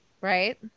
Right